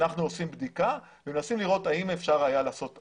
אנחנו עושים בדיקה ומנסים לראות האם אפשר היה לעשות אחרת.